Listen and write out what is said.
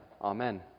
Amen